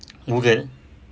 Google